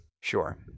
Sure